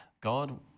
God